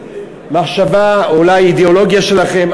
מחשבה או אולי אידיאולוגיה שלכם,